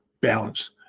balance